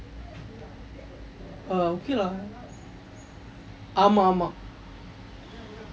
err okay lah ஆமாம் ஆமாம்:aamaam aamaam